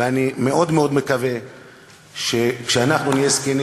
אני מאוד מאוד מקווה שכשאנחנו נהיה זקנים